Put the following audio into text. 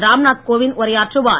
ராம்நாத் கோவிந்த் உரையாற்றுவார்